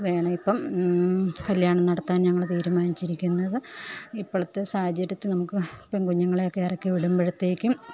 വേണമെങ്കിൽ ഇപ്പം കല്ല്യാണം നടത്താൻ ഞങ്ങൾ തീരുമാനിച്ചിരിക്കുന്നത് ഇപ്പോഴത്തെ സാഹചര്യത്തിൽ നമുക്ക് പെൺകുഞ്ഞുങ്ങളെയൊക്കെ ഇറക്കി വിടുമ്പോഴത്തേക്കും